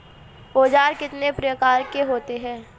औज़ार कितने प्रकार के होते हैं?